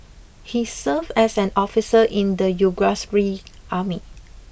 he served as an officer in the Yugoslav army